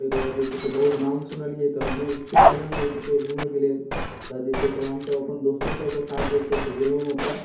ओकरबाद जे छै से बहुत नाम सुनलिए तऽ हमहूँ इच्छुक भेलहुँ घुमैके लेल तऽ जे छै से हमसभ अपन दोस्तेसभके साथ जे छै से गेलहुँ ओतऽ